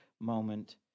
moment